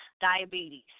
diabetes